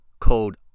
called